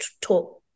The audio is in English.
talk